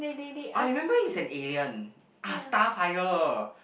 I remember he's an alien ah star fire